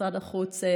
משרד החוץ,